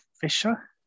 Fisher